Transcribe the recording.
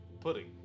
Pudding